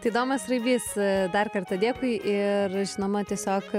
tai domas raibys dar kartą dėkui ir žinoma tiesiog